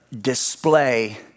display